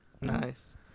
Nice